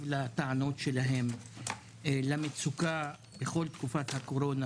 לטענות שלהם למצוקה בכל תקופת הקורונה.